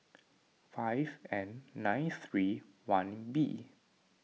five N nine three one B